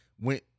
went